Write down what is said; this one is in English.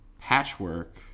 Patchwork